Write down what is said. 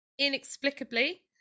inexplicably